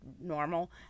normal